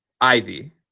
Ivy